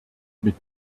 mit